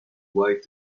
wipe